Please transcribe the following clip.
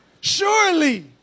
Surely